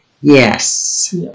Yes